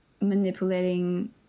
manipulating